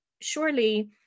surely